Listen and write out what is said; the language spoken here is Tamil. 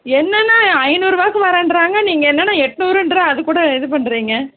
என்னண்ணா ஐந்நூறுவாக்கு வரேன்றாங்க நீங்கள் என்னண்ணா எட்நூறுன்றேன் அதுக்கு கூட இது பண்ணுறிங்க